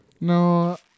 No